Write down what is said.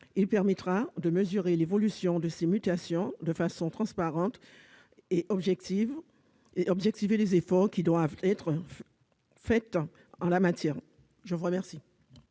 Il permettra de mesurer l'évolution de ces mutations de façon transparente et d'objectiver les efforts qui doivent être réalisés en la matière. Quel